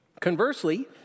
Conversely